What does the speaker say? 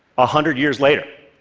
ah hundred years later.